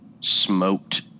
smoked –